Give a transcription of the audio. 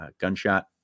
gunshot